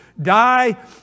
Die